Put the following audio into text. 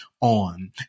on